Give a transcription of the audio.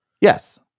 Yes